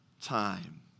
time